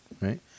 Right